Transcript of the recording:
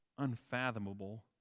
Unfathomable